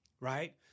Right